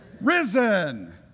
risen